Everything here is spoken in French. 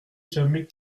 jamais